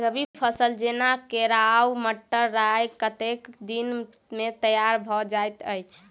रबी फसल जेना केराव, मटर, राय कतेक दिन मे तैयार भँ जाइत अछि?